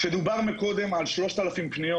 כשדובר קודם על 3,000 פניות